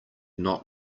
not